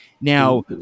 now